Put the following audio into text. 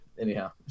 anyhow